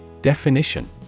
Definition